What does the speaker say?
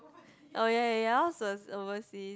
orh ya ya yours was oversea